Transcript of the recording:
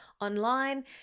online